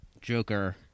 Joker